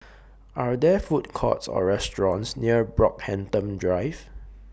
Are There Food Courts Or restaurants near Brockhampton Drive